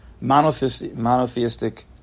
monotheistic